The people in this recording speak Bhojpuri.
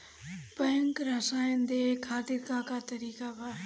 बैंक सराश देखे खातिर का का तरीका बा?